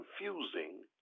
confusing